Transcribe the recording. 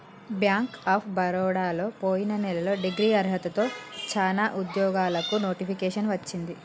bank of బరోడలో పొయిన నెలలో డిగ్రీ అర్హతతో చానా ఉద్యోగాలకు నోటిఫికేషన్ వచ్చింది